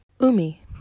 Umi